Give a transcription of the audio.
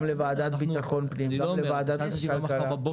גם לוועדת ביטחון פנים, גם בוועדת הכלכלה.